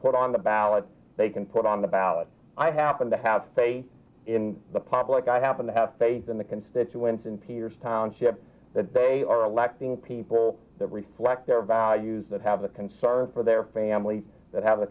put on the ballot they can put on the ballot i happen to have faith in the public i happen to have faith in the constituents and peirce township that they are electing people that reflect their values that have a concern for their family that have a